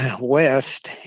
west